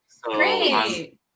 Great